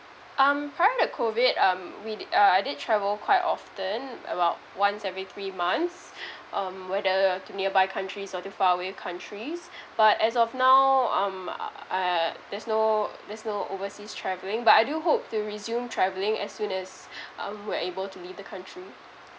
um prior to COVID um we did uh I did travel quite often about once every three months um whether to nearby countries or to faraway countries but as of now um uh there's no there's no overseas travelling but I do hope to resume travelling as soon as um we are able to leave the country